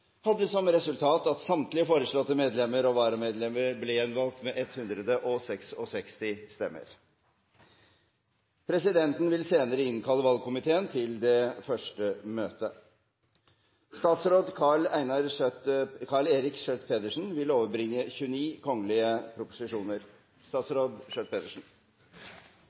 hadde som resultat at samtlige foreslåtte medlemmer og varamedlemmer ble valgt med 166 stemmer. Presidenten vil senere innkalle valgkomiteen til dens første